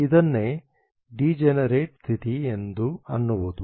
ಇದನ್ನೇ ಡಿಜೆನರೇಟ್ ಸ್ಥಿತಿ ಎಂದು ಅನ್ನುವುದು